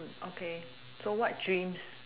okay so what dreams